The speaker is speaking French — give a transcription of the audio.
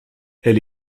elle